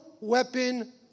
weapon